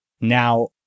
Now